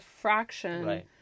fraction